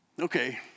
Okay